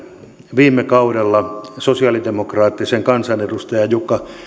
viime kaudella sosialidemokraattisen kansanedustaja jukka